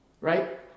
right